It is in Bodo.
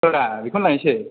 औरा बेखौनो लायसै